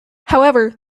however